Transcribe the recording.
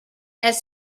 elle